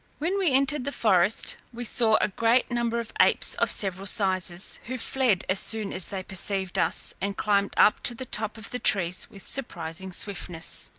when we entered the forest we saw a great number of apes of several sizes, who fled as soon as they perceived us, and climbed up to the top of the trees with surprising swiftness.